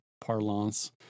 parlance